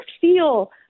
feel